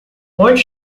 onde